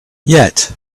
yet